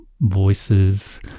Voices